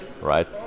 right